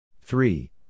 three